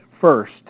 first